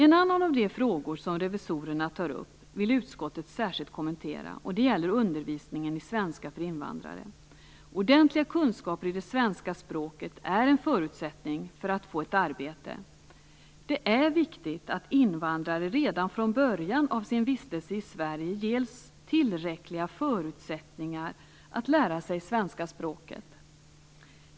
En annan av de frågor som revisorerna tar upp vill utskottet särskilt kommentera, och det gäller undervisningen i svenska för invandrare. Ordentliga kunskaper i det svenska språket är en förutsättning för att få ett arbete. Det är viktigt att invandrare redan från början av sin vistelse i Sverige ges tillräckliga förutsättningar att lära sig svenska språket.